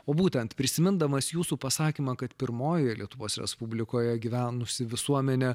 o būtent prisimindamas jūsų pasakymą kad pirmojoje lietuvos respublikoje gyvenusi visuomenė